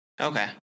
Okay